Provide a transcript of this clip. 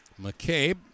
McCabe